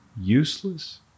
useless